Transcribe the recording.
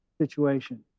situation